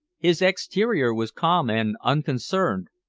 his exterior was calm and unconcerned,